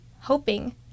hoping